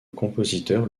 compositeur